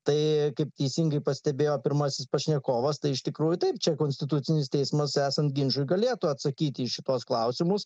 tai kaip teisingai pastebėjo pirmasis pašnekovas tai iš tikrųjų taip čia konstitucinis teismas esant ginčui galėtų atsakyti į šituos klausimus